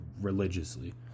religiously